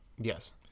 yes